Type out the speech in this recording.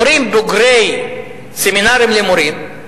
מורים בוגרי סמינרים למורים,